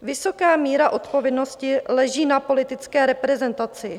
Vysoká míra odpovědnosti leží na politické reprezentaci.